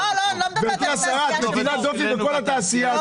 גברתי השרה, את מטילה דופי בכל התעשייה.